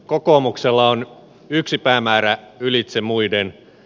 kokoomuksella on yksi päämäärä ylitse muiden